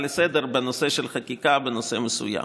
לסדר-היום בנושא של חקיקה בנושא מסוים.